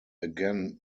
again